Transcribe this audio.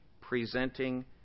presenting